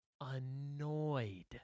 annoyed